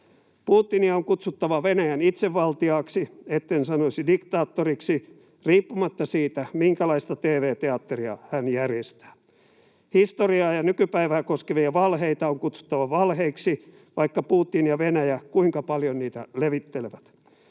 Putinia on kutsuttava Venäjän itsevaltiaaksi — etten sanoisi, diktaattoriksi — riippumatta siitä, minkälaista tv-teatteria hän järjestää. Historiaa ja nykypäivää koskevia valheita on kutsuttava valheiksi, vaikka Putin ja Venäjä kuinka paljon niitä levittelevät.